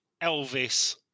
Elvis